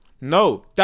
No